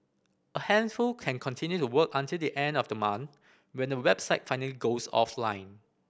a handful can continue to work until the end of the month when the website finally goes offline